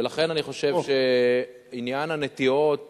ולכן אני חושב שעניין הנטיעות